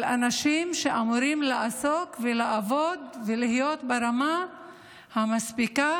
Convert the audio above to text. על אנשים שאמורים לעסוק ולעבוד ולהיות ברמה המספיקה